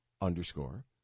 underscore